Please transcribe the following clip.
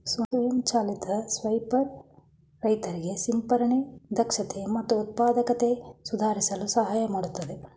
ಸ್ವಯಂ ಚಾಲಿತ ಸ್ಪ್ರೇಯರ್ ರೈತರಿಗೆ ಸಿಂಪರಣೆ ದಕ್ಷತೆ ಮತ್ತು ಉತ್ಪಾದಕತೆ ಸುಧಾರಿಸಲು ಸಹಾಯ ಮಾಡ್ತದೆ